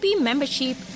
membership